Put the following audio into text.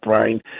Brian